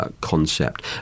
concept